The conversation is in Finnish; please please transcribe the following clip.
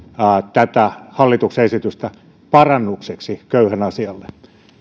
tätä hallituksen esitystä parannukseksi köyhän asialle